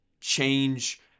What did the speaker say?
change